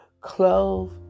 clove